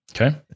Okay